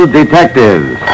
detectives